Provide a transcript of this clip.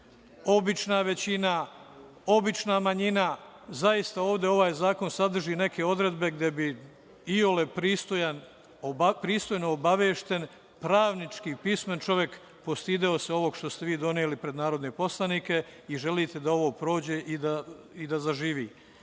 obična većina, obična manjina, zaista ovaj zakon sadrži neke odredbe gde bi iole pristojno obavešten pravnički pismen čovek postideo se ovog što ste vi doneli pred narodne poslanike i želite da ovo prođe i da zaživi.